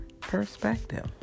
Perspective